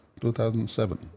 2007